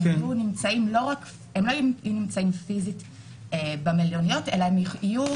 הם לא נמצאים פיזית במלוניות אלא הם יהיו